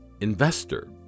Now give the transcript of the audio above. investor